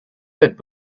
bit